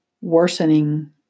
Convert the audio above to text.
worsening